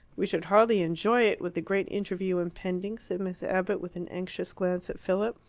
we should hardly enjoy it, with the great interview impending, said miss abbott, with an anxious glance at philip.